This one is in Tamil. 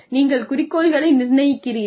நீங்கள் குறிக்கோள்களை நிர்ணயிக்கிறீர்கள்